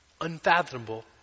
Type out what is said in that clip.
unfathomable